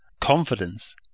confidence